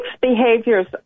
behaviors